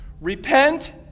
Repent